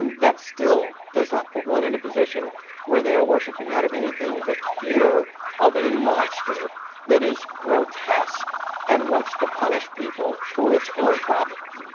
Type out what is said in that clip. and that still does not put one in a position where they are worshiping out of anything but fear of a monster that is grotesque and wants to punish people for its own problems.